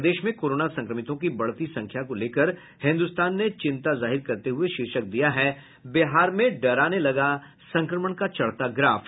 प्रदेश में कोरोना संक्रमितों की बढ़ती संख्या को लेकर हिन्दुस्तान ने चिंता जाहिर करते हुये शीर्षक दिया है बिहार में डराने लगा संक्रमण का चढ़ता ग्राफ